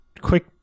quick